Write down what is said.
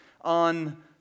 on